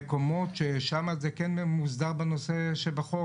מקומות שם זה כן מוסדר בחוק.